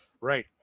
Right